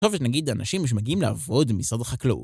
טוב אז נגיד אנשים שמגיעים לעבוד במשרד החקלאות